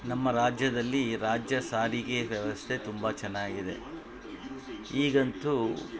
ನಮ್ಮ ರಾಜ್ಯದಲ್ಲಿ ರಾಜ್ಯ ಸಾರಿಗೆ ವ್ಯವಸ್ಥೆ ತುಂಬ ಚೆನ್ನಾಗಿದೆ ಈಗಂತು